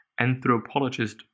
anthropologist